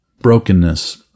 brokenness